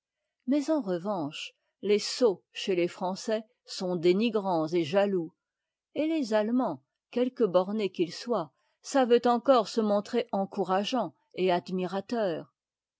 mais en revanche les sots chez les français sont dénigrants et jaloux et les allemands quelque bornés qu'ils soient savent encore se montrer encourageants et admirateurs